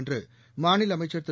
என்று மாநில அமைச்சா் திரு